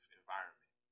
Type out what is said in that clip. environment